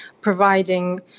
providing